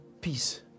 peace